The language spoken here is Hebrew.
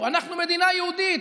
ברור: אנחנו מדינה יהודית.